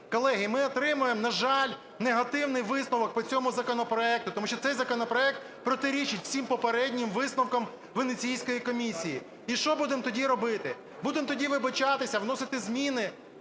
Колеги, ми отримаємо, на жаль, негативний висновок по цьому законопроекту, тому що цей законопроект протирічить всім попереднім висновкам Венеційської комісії. І що будемо тоді робити? Будемо тоді вибачатися, вносити зміни?